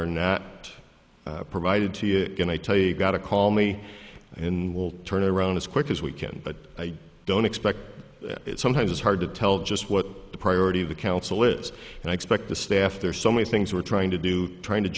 are now at provided to you can i tell you got to call me in will turn around as quick as we can but i don't expect it sometimes it's hard to tell just what the priority of the council is and i expect the staff there's so many things we're trying to do trying to